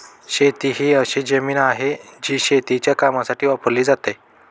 शेती ही अशी जमीन आहे, जी शेतीच्या कामासाठी वापरली जाते